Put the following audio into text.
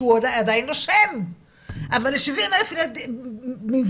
כי הוא עדיין נושם - אבל ל-70 אלף מבנים,